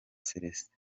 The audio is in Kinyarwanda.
célestin